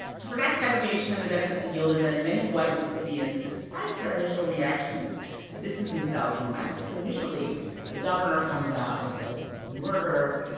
to protect segregation and the benefits it yielded them, many white mississippians, despite their initial reaction to distance themselves from milam, so initially the governor comes out and says, this is a murder,